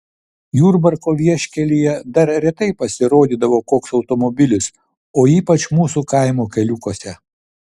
jurbarko vieškelyje dar retai pasirodydavo koks automobilis o ypač mūsų kaimo keliukuose